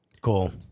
Cool